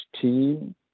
team